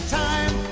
time